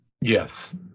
Yes